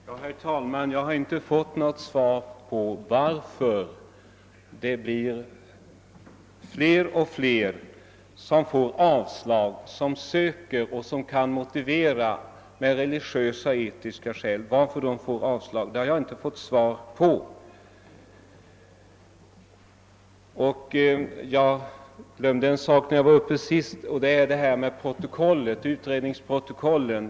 Herr talman! Jag har inte fått något svar på frågan varför fler och fler personer som kan motivera sina ansökningar om vapenfri tjänst med hänvisning till religiösa och etiska skäl får avslag på dessa ansökningar. En punkt som jag glömde att ta upp i mitt föregående inlägg var frågan om utredningsprotokollen.